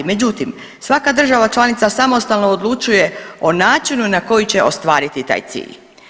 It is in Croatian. Međutim, svaka država članica samostalno odlučuje o načinu na koji će ostvariti taj cilj.